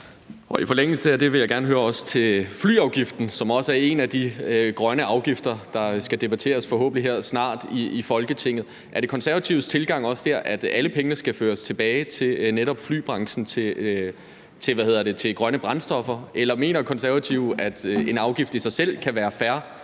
I forlængelse af det vil jeg også gerne høre om flyafgiften, som er en af de grønne afgifter, der forhåbentlig snart skal debatteres her i Folketinget. Er De Konservatives tilgang også der, at alle pengene skal føres tilbage til netop flybranchen og til grønne brændstoffer? Eller mener Konservative, at en afgift i sig selv kan være fair,